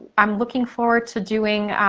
i'm looking forward to doing,